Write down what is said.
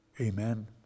Amen